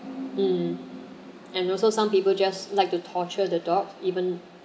mm and also some people just like to torture the dog even